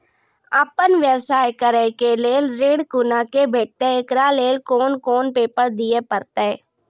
आपन व्यवसाय करै के लेल ऋण कुना के भेंटते एकरा लेल कौन कौन पेपर दिए परतै?